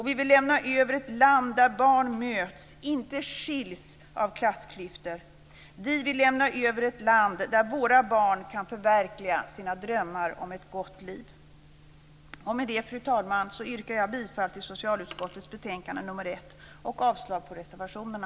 Vi vill lämna över ett land där barn möts, inte skiljs åt av klassklyftor. Vi vill lämna över ett land där våra barn kan förverkliga sina drömmar om ett gott liv. Med det, fru talman, yrkar jag bifall till hemställan i socialutskottets betänkande nr 1 och avslag på reservationerna.